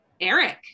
Eric